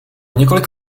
několik